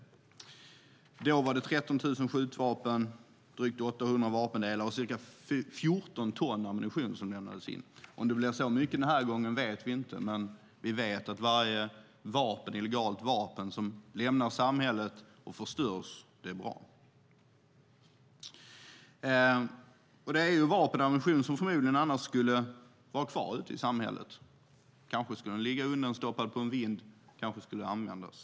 Förra gången var det 13 000 skjutvapen, drygt 800 vapendelar och ca 14 ton ammunition som lämnades in. Om det blir så mycket den här gången vet vi inte, men vi vet att varje illegalt vapen som lämnar samhället och förstörs är en bra sak. Detta handlar om vapen och ammunition som förmodligen annars skulle vara kvar ute i samhället. Kanske skulle det ligga undanstoppat på en vind, kanske skulle det användas.